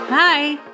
Hi